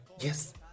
Yes